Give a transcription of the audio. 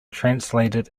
translated